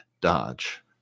Dodge